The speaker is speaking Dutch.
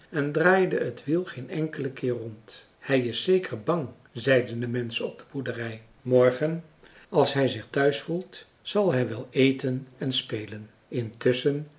en draaide het wiel geen enkele keer rond hij is zeker bang zeiden de menschen op de boerderij morgen als hij zich thuis voelt zal hij wel eten en spelen